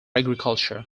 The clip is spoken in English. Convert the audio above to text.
agriculture